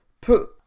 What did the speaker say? put